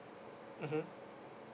mmhmm